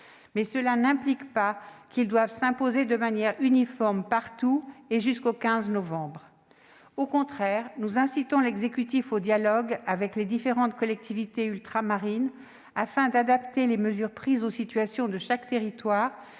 mais cela n'implique pas que celui-ci doive s'imposer de manière uniforme partout, ni jusqu'au 15 novembre. Au contraire, nous incitons l'exécutif au dialogue avec les différentes collectivités ultramarines afin d'adapter les mesures prises à la situation de chaque territoire